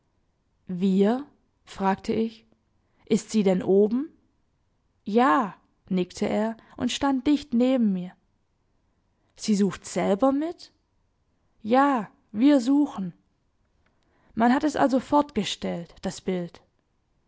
wir fragte ich ist sie denn oben ja nickte er und stand dicht neben mir sie sucht selber mit ja wir suchen man hat es also fortgestellt das bild